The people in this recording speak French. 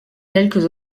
quelques